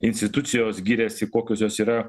institucijos giriasi kokios jos yra